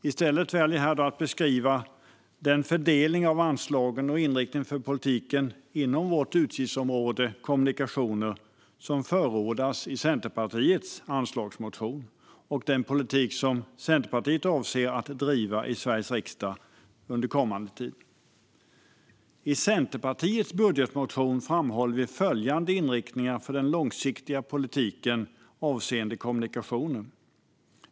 I stället väljer jag här att beskriva den fördelning av anslagen och inriktning för politiken inom vårt utgiftsområde, kommunikationer, som förordas i Centerpartiets anslagsmotion och den politik som Centerpartiet avser att driva i Sveriges riksdag under den kommande tiden. I Centerpartiets budgetmotion framhåller vi följande inriktningar för den långsiktiga politiken avseende kommunikationer.